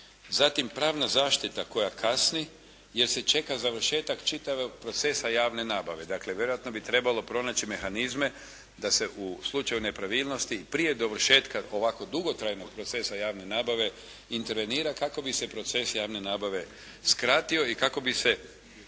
Zatim pravna zaštita koja kasni jer se čeka završetak čitavog procesa javne nabave. Dakle vjerojatno bi trebalo pronaći mehanizme da se u slučaju nepravilnosti prije dovršetka ovako dugotrajnog procesa javne nabave intervenira kako bi se proces javne nabave skratio i kako bi se